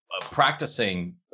practicing